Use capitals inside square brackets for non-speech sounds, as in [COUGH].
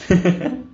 [LAUGHS]